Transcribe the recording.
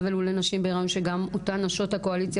עוול לנשים בהיריון שגם אותן נשות הקואליציה